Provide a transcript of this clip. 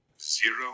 Zero